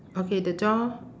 okay the door